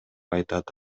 айтат